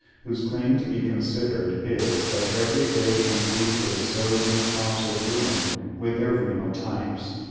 whose claim to be considered, is, that every day and week they sow new crops of ruin with their venal types,